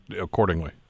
accordingly